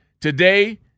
Today